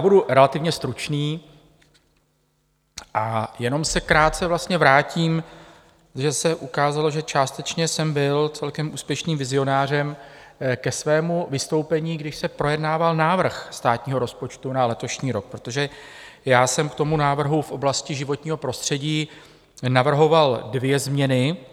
Budu relativně stručný, jenom se krátce vrátím že se ukázalo, že částečně jsem byl celkem úspěšným vizionářem ke svému vystoupení, když se projednával návrh státního rozpočtu na letošní rok, protože jsem k návrhu v oblasti životního prostředí navrhoval dvě změny.